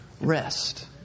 rest